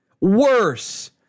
Worse